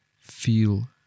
feel